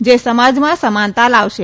જે સમાજમાં સમાનતા લાવશે